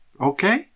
Okay